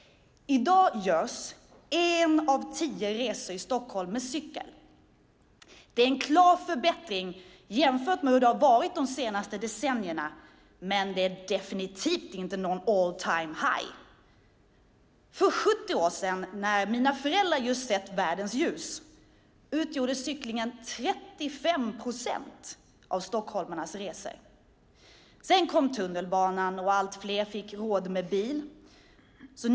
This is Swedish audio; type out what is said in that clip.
I dag görs en av tio resor i Stockholm med cykel. Det är en klar förbättring jämfört med hur det har varit under de senaste decennierna, men det är definitivt inte all-time-high. För sjuttio år sedan när mina föräldrar just hade sett världens ljus utgjorde cyklingen 35 procent av stockholmarnas resor. Sedan kom tunnelbanan, och allt fler fick råd med egen bil.